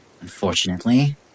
unfortunately